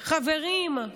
חברים,